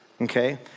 okay